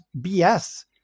BS